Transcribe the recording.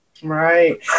Right